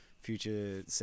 future